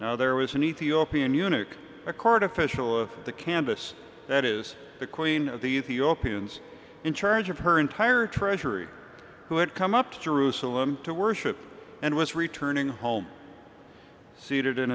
now there was an ethiopian eunuch a court official of the canvas that is the queen of the europeans in charge of her entire treasury who had come up to jerusalem to worship and was returning home seated in